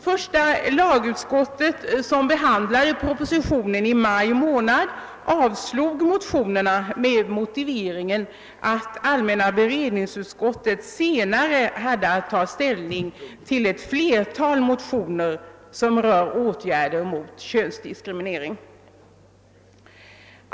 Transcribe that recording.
Första lagutskottet, som behandlade propositionen i maj månad, avstyrkte motionerna med motiveringen att allmänna beredningsutskottet senare hade att handlägga ett flertal motioner, som rör åtgärder mot könsdiskriminering.